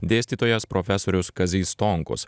dėstytojas profesorius kazys stonkus